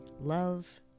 Love